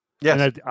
Yes